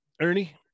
ernie